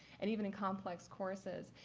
and even in complex courses.